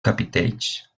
capitells